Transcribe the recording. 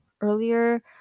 earlier